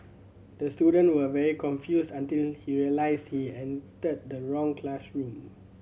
the student was very confused until he realised he entered the wrong classroom